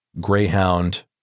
Greyhound